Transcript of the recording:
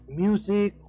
music